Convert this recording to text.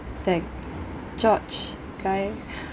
that george guy